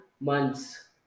months